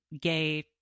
gay